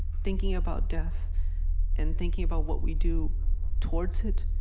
thinking about death and thinking about what we do towards it,